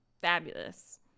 Fabulous